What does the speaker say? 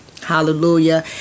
Hallelujah